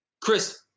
chris